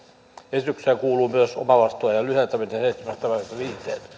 esitykseen kuuluu myös omavastuuajan lyhentäminen seitsemästä päivästä viiteen